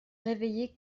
réveillez